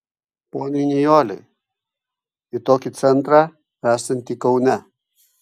poniai nijolei į tokį centrą esantį kaune